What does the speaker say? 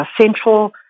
central